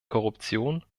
korruption